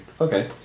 Okay